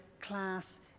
class